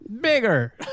bigger